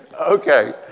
okay